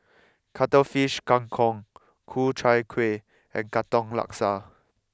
Cuttlefish Kang Kong Ku Chai Kuih and Katong Laksa